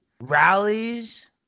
rallies